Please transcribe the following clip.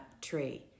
tree